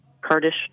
Kurdish